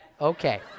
okay